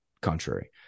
contrary